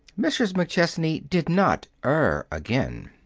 mrs. mcchesney did not err again.